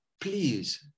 Please